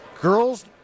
girls